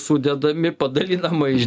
sudedami padalinama iš